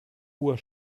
uhr